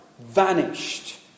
vanished